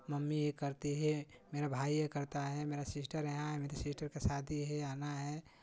mummy ये करती है मेरा भाई ये करता है मेरा सिस्टर यहां है मेरी सिस्टर का शादी है आना है